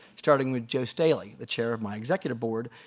starting with joe staley the chair of my executive board,